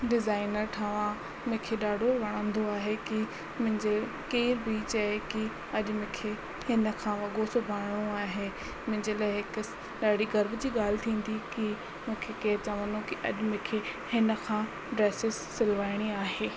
designer ठहियां मूंखे ॾाढो वणंदो आहे की मुंहिंजे केरु बि चए की अॼु मूंखे हिन खां वॻो सिबाइणो आहे मुंहिंजे लाइ हिकु ॾाढी गर्व जी ॻाल्हि थींदी की मूंखे के चवनो की मूंखे हिन खां ड्रेसिस सिलवाइणी आहे